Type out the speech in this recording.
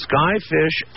Skyfish